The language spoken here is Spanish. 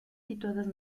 situadas